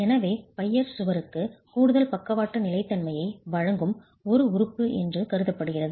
எனவே பையர் சுவருக்கு கூடுதல் பக்கவாட்டு நிலைத்தன்மையை வழங்கும் ஒரு உறுப்பு என்று கருதப்படுகிறது